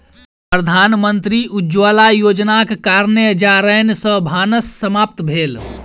प्रधानमंत्री उज्ज्वला योजनाक कारणेँ जारैन सॅ भानस समाप्त भेल